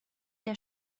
der